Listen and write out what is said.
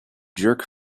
jerk